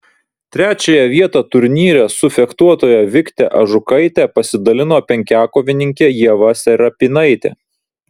trečiąją vietą turnyre su fechtuotoja vikte ažukaite pasidalino penkiakovininkė ieva serapinaitė